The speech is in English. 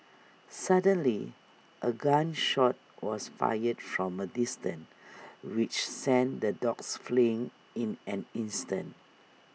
suddenly A gun shot was fired from A distance which sent the dogs fleeing in an instant